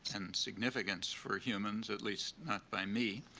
and significance for humans, at least not by me.